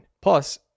Plus